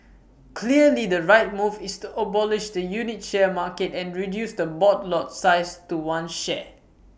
clearly the right move is to abolish the unit share market and reduce the board lot size to one share